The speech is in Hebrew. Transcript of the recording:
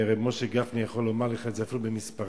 ורב משה גפני יכול לומר לך את זה אפילו במספרים.